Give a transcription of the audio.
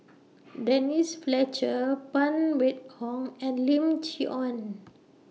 Denise Fletcher Phan Wait Hong and Lim Chee Onn